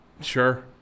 sure